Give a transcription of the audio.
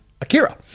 Akira